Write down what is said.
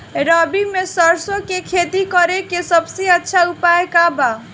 रबी में सरसो के खेती करे के सबसे अच्छा उपाय का बा?